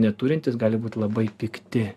neturintys gali būti labai pikti